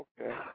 Okay